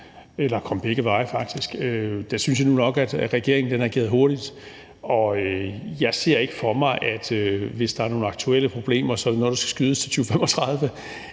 eller komme begge veje faktisk. Der synes jeg jo nok at regeringen reagerede hurtigt. Og jeg ser ikke for mig, at hvis der er nogle aktuelle problemer, så er det noget, der skal skydes til 2035.